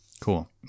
Cool